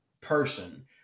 person